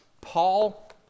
Paul